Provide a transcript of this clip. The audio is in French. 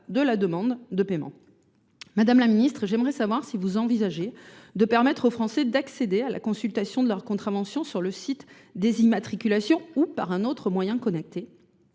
de la demande de paiement. Madame la ministre, j’aimerais donc savoir si vous envisagez de permettre aux Français d’accéder à la consultation de leurs contraventions sur le site des immatriculations ou par un autre moyen sur